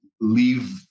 leave